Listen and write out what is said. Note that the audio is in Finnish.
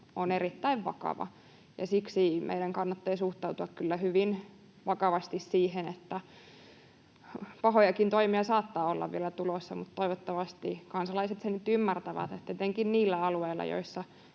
on erittäin vakava, ja siksi meidän kannattaa suhtautua kyllä hyvin vakavasti siihen, että pahojakin toimia saattaa olla vielä tulossa. Mutta toivottavasti kansalaiset sen nyt ymmärtävät, että etenkin niillä alueilla, joilla